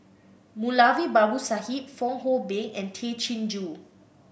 Moulavi Babu Sahib Fong Hoe Beng and Tay Chin Joo